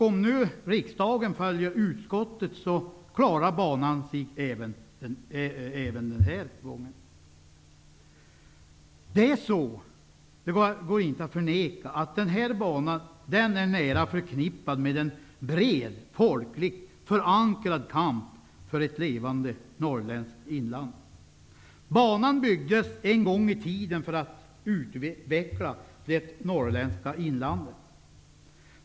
Om nu riksdgen följer utskottet klarar sig banan även den här gången. Det går inte att förneka att Inlandsbanan är nära förknippad med en bred och folkligt förankrad kamp för ett levande norrländskt inland. Banan byggdes en gång i tiden för att utveckla det norrländska inlandet.